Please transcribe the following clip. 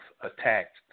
attacked